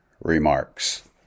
remarks